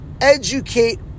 educate